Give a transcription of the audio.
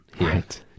right